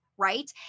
right